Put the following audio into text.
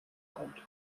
kommt